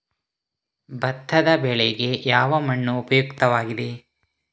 ಭತ್ತದ ಬೆಳೆಗೆ ಯಾವ ಮಣ್ಣು ಉಪಯುಕ್ತವಾಗಿದೆ?